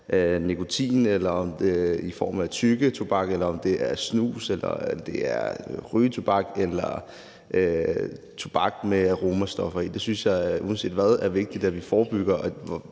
om det er snus, eller det er røgtobak eller tobak med aromastoffer i. Det synes jeg uanset hvad er vigtigt at vi forebygger,